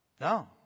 No